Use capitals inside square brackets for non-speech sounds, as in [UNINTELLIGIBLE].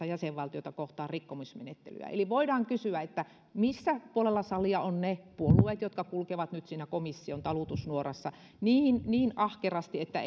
[UNINTELLIGIBLE] jäsenvaltiota kohtaan rikkomusmenettelyä eli voidaan kysyä että missä puolella salia ovat ne puolueet jotka kulkevat nyt siinä komission talutusnuorassa niin ahkerasti että [UNINTELLIGIBLE]